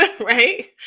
right